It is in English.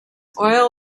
oil